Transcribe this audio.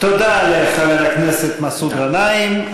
תודה לחבר הכנסת מסעוד גנאים.